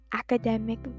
academic